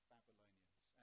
Babylonians